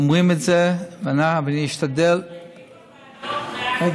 גומרים את זה, ונשתדל, ועדות, ואז מה?